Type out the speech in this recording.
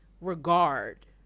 regard